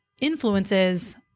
influences